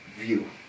view